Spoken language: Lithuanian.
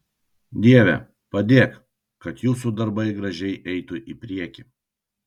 dieve padėk kad jūsų darbai gražiai eitų į priekį